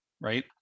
right